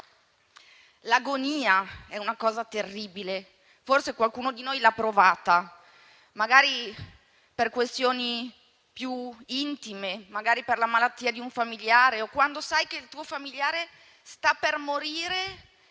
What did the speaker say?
L'agonia è una cosa terribile. Forse qualcuno di noi l'ha provata, magari per questioni più intime, magari per la malattia di un familiare, o quando sai che il tuo familiare sta per morire,